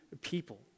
people